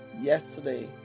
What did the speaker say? yesterday